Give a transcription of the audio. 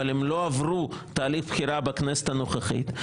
אבל הם לא עברו תהליך בחירה בכנסת הנוכחית,